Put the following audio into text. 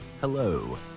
Hello